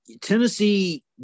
Tennessee